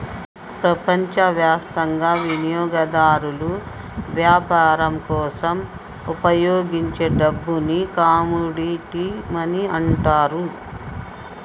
ప్రపంచవ్యాప్తంగా వినియోగదారులు వ్యాపారం కోసం ఉపయోగించే డబ్బుని కమోడిటీ మనీ అంటారు